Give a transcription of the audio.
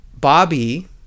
bobby